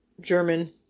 German